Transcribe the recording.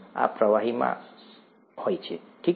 આ પ્રવાહીમાં છે ઠીક છે